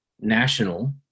national